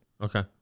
Okay